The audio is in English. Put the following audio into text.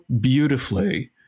beautifully